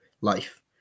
life